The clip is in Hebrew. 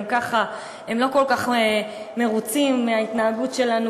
גם ככה הם לא כל כך מרוצים מההתנהגות שלנו,